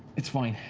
it's fine.